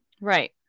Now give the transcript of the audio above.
Right